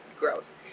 gross